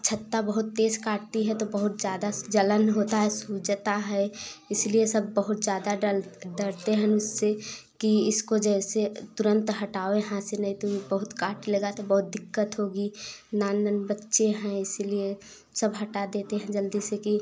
छत्ता बहुत तेज काटती है तो बहुत ज़्यादा से जलन होता है सूजता है इसलिए सब बहुत ज़्यादा डरते हम इससे कि इसको जैसे तुरंत हटाओ यहाँ से नहीं तो बहुत काट लेगा तो बहुत दिक्कत होगी नान नान बच्चे हैं इसलिए सब हटा देते हैं जल्दी से कि